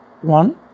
One